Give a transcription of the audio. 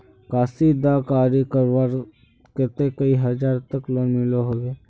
कशीदाकारी करवार केते कई हजार तक लोन मिलोहो होबे?